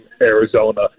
Arizona